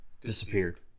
disappeared